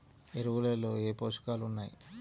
ఎరువులలో ఏ పోషకాలు ఉన్నాయి?